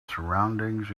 surroundings